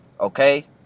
okay